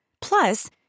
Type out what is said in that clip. Plus